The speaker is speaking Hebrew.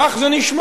כך זה נשמע.